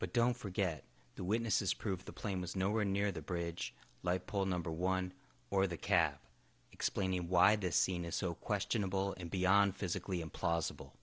but don't forget the witnesses prove the plane was nowhere near the bridge leipold number one or the cab explaining why this scene is so questionable and beyond physically implausible